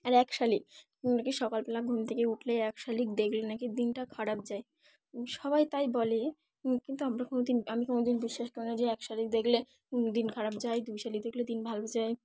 আর এক শালিক নাকি সকালবেলা ঘুম থেকে উঠলে এক শালিক দেখলে নাকি দিনটা খারাপ যায় সবাই তাই বলে কিন্তু আমরা কোনো দিন আমি কোনো দিন বিশ্বাস করি না যে এক শালিক দেখলে দিন খারাপ যাই দুই শালিক দেখলে দিন ভালো যায়